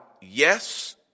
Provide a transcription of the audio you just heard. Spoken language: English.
yes